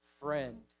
friend